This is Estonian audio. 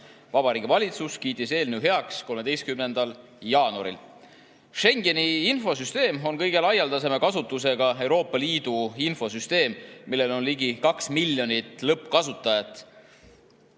Vabariigi Valitsus kiitis eelnõu heaks 13. jaanuaril. Schengeni infosüsteem on kõige laialdasema kasutusega Euroopa Liidu infosüsteem, millel on ligi 2 miljonit lõppkasutajat